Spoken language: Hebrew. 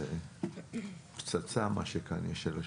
זה פצצה מה שיש כאן על השולחן.